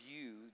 view